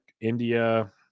India